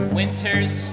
winter's